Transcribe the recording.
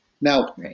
Now